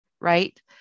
right